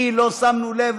כי לא שמנו לב,